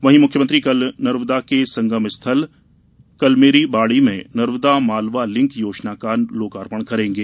वहीं मुख्यमंत्री कल नर्मदा के संगम स्थल कलमेरवाड़ी में नर्मदा मालवा लिंक योजना का लोकार्पण करेंगे